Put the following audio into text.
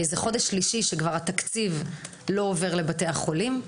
זה חודש שלישי שהתקציב לא עובר לבתי החולים.